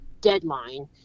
deadline